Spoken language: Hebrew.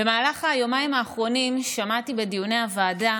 במהלך היומיים האחרונים שמעתי בדיוני הוועדה